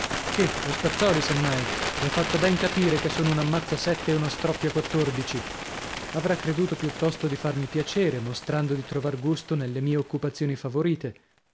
che lo spazzòli se mai le ha fatto ben capire che sono un ammazza sette e uno stroppia quattordici avrà creduto piuttosto di farmi piacere mostrando di trovar gusto nelle mie occupazioni favorite